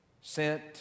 sent